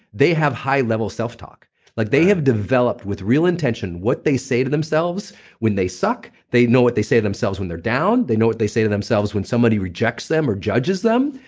they have high level self talk like they have developed with real intention what they say to themselves when they suck they know what they say to themselves when they're down, they know what they say to themselves when somebody rejects them or judges them.